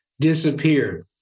disappeared